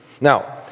Now